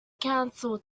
council